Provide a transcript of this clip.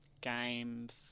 games